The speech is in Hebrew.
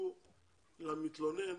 תשיבו למתלונן